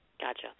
Gotcha